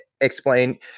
explain